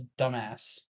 dumbass